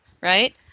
right